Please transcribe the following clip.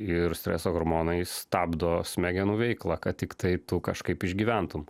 ir streso hormonai stabdo smegenų veiklą kad tiktai tu kažkaip išgyventum